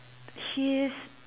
he's